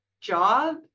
job